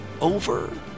over